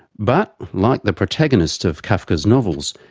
but, like the protagonists of kafka's novels,